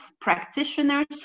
practitioners